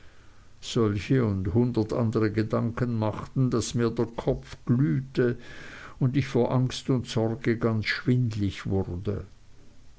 solche und hundert andere gedanken machten daß mir der kopf glühte und ich vor angst und sorge ganz schwindlig wurde